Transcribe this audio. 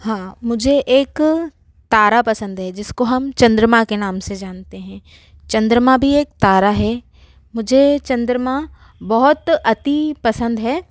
हाँ मुझे एक तारा पसंद है जिसको हम चंद्रमा के नाम से जानते है चंद्रमा भी एक तारा है मुझे चंद्रमा बहुत अति पसंद है